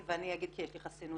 ואני אגיד כי יש לי חסינות,